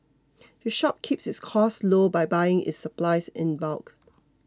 the shop keeps its costs low by buying its supplies in bulk